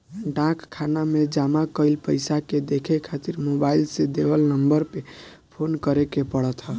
डाक खाना में जमा कईल पईसा के देखे खातिर मोबाईल से देवल नंबर पे फोन करे के पड़त ह